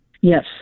Yes